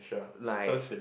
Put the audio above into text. like